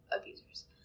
abusers